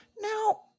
Now